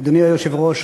אדוני היושב-ראש,